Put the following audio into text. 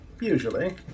Usually